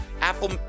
Apple